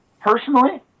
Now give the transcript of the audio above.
personally